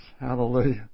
Hallelujah